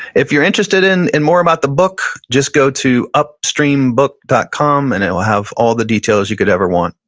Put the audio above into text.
if you're interested in in more about the book, just go to upstreambook dot com and it will have all the details you could ever want.